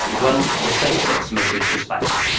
well, the safe sex message has failed.